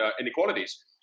inequalities